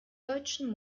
deutschen